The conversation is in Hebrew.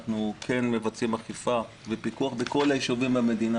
אנחנו כן מבצעים אכיפה ופיקוח בכל היישובים במדינה,